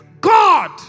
God